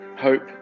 hope